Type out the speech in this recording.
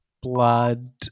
blood